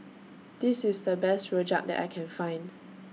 This IS The Best Rojak that I Can Find